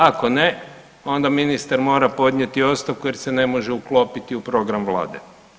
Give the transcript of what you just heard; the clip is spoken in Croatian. Ako ne, onda ministar mora podnijeti ostavku jer se ne može uklopiti u program Vlade.